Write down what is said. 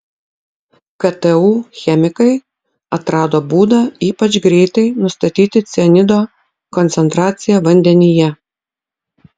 ktu chemikai atrado būdą ypač greitai nustatyti cianido koncentraciją vandenyje